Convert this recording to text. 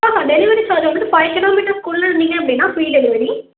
ஆமாம் delivery charge வந்துவிட்டு five கிலோமீட்டர்குள்ளே இருந்தீங்க அப்படின்னா ஃப்ரீ டெலிவரி